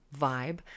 vibe